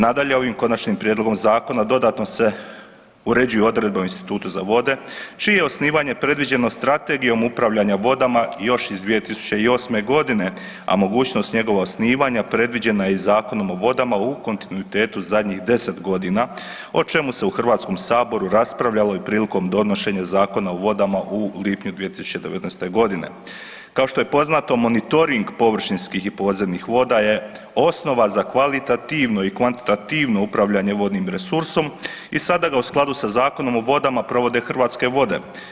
Nadalje, ovim konačnim prijedlogom zakona dodatno se uređuju odredbe o Institutu za vode, čije je osnivanje predviđeno Strategijom upravljanja vodama još iz 2008.g., a mogućnost njegova osnivanja predviđena je i Zakonom o vodama u kontinuitetu zadnjih deset godina o čemu se u HS-u raspravljalo i prilikom donošenja Zakona o vodama u lipnju 2019.g. Kao što je poznato monitoring površinskih i podzemnih voda je osnova za kvalitativno i kvantitativno upravljanje vodnim resursom i sada ga u skladu sa Zakonom o vodama provode Hrvatske vode.